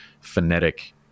phonetic